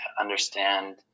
understand